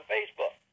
Facebook